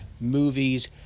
movies